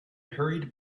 hurried